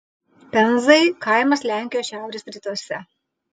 penzai kaimas lenkijos šiaurės rytuose